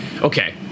okay